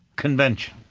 convention.